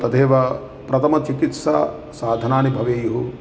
तदेव प्रथमचिकित्सा साधनानि भवेयुः